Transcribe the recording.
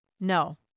no